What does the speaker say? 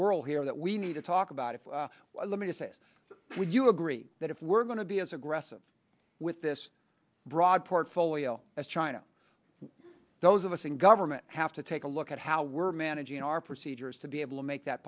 world here that we need to talk about let me say would you agree that if we're going to be as aggressive with this broad portfolio as china those of us in government have to take a look at how we're managing our procedures to be able to make that